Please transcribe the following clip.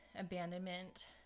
abandonment